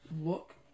look